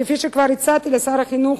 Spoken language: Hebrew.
כפי שכבר הצעתי לשר החינוך,